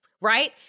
right